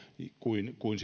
kuin kuin